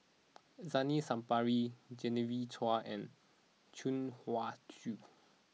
Zainal Sapari Genevieve Chua and Chuang Hui Tsuan